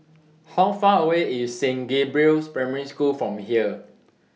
How Far away IS Saint Gabriel's Primary School from here